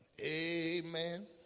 Amen